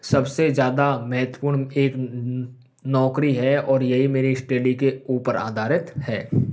सबसे ज़्यादा महत्वपूर्ण एक नौकरी है और यही मेरी स्टडी के ऊपर आधारित है